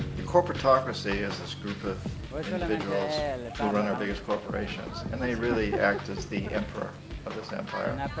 the corporatocracy is this group of individuals who run our biggest corporations. and they really act as the emperor of this empire.